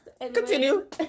continue